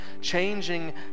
changing